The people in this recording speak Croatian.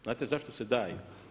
Znate zašto se daju?